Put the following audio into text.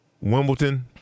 Wimbledon